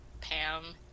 Pam